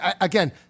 again –